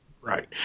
Right